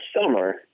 summer